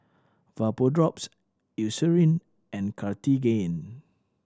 Vapodrops Eucerin and Cartigain